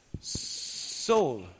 soul